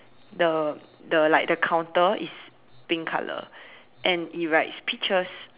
the the like the counter is pink color and it writes peaches